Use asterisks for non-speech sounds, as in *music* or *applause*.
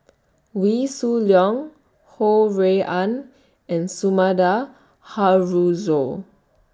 *noise* Wee Shoo Leong Ho Rui An and Sumida Haruzo